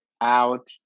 out